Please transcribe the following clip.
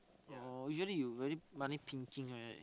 oh usually you very money pinking right